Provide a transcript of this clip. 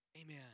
Amen